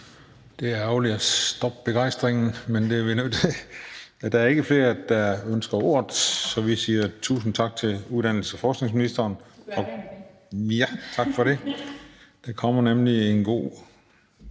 Det er ærgerligt at stoppe begejstringen, men det er vi nødt til. Der er ikke flere, der ønsker ordet, så vi siger tusind tak til uddannelses- og forskningsministeren. (Uddannelses- og forskningsministeren